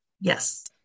yes